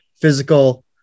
physical